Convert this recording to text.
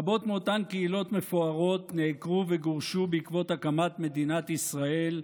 רבות מאותן קהילות מפוארות נעקרו וגורשו בעקבות הקמת מדינת ישראל.